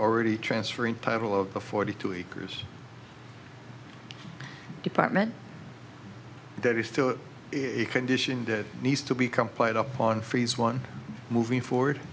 already transfer in title of the forty two acres department that is still in a condition that needs to be complied up on freeze one moving forward